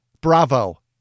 bravo